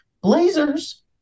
Blazers